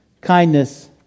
kindness